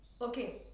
okay